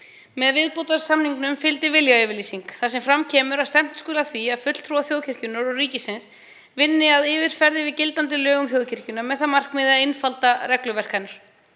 Með viðbótarsamningnum fylgdi viljayfirlýsing þar sem fram kemur að stefnt skuli að því að fulltrúar þjóðkirkjunnar og ríkisins vinni að yfirferð yfir gildandi lög um þjóðkirkjuna með það að markmiði að einfalda regluverk hennar.